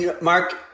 Mark